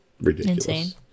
ridiculous